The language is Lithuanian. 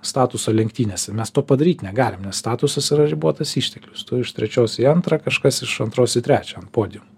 statuso lenktynėse mes to padaryt negalim nes statusas yra ribotas išteklius iš trečios į antrą kažkas iš antros į trečią ant podium